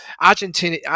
Argentina